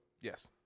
Yes